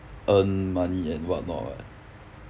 earn money and what not what